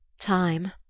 time